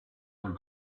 were